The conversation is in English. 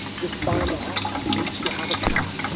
this by law needs to have a cap.